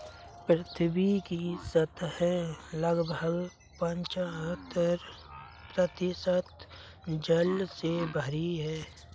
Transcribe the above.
पृथ्वी की सतह लगभग पचहत्तर प्रतिशत जल से भरी है